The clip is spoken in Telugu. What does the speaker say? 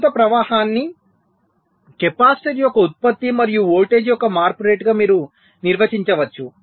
ప్రస్తుత ప్రవాహాన్ని కెపాసిటర్ యొక్క ఉత్పత్తి మరియు వోల్టేజ్ యొక్క మార్పు రేటుగా మీరు నిర్వచించవచ్చు